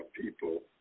people